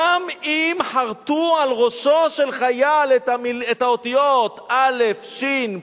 גם אם חרטו על ראשו של חייל את האותיות אש"ף